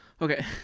Okay